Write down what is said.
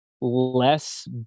less